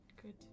Good